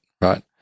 right